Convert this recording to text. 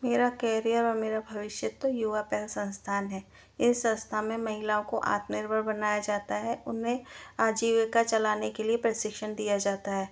मेरा कैरियर और मेरा भविष्य तो युवा पहल संस्थान है इस संस्था में महिलाओं को आत्मनिर्भर बनाया जाता है उनमें आजीविका चलाने के लिए प्रशिक्षण दिया जाता है